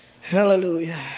Hallelujah